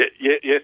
Yes